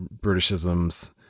britishisms